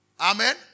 Amen